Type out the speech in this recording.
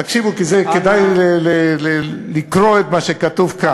תקשיבו, כי כדאי לקרוא את מה שכתוב כאן.